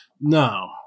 No